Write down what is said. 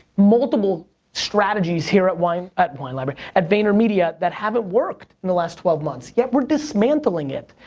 multiple strategies here at wine at wine library at vaynermedia that haven't worked in the last twelve months. yet we're dismantling it,